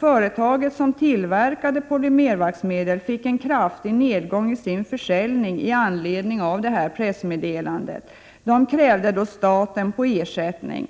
Företaget som tillverkade polymervaxmedel fick en kraftig nedgång i sin försäljning i anledning av pressmeddelandet och krävde staten på ersättning.